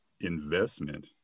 investment